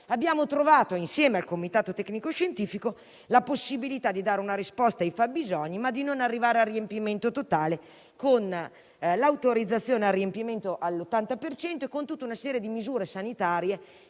abbiamo trovato, insieme al comitato tecnico-scientifico, la possibilità di dare una risposta ai fabbisogni senza arrivare al riempimento totale dei mezzi, con l'autorizzazione al riempimento all'80 per cento e con tutta una serie di misure sanitarie